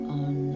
on